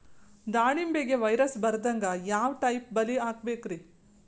ದಾಳಿಂಬೆಗೆ ವೈರಸ್ ಬರದಂಗ ಯಾವ್ ಟೈಪ್ ಬಲಿ ಹಾಕಬೇಕ್ರಿ?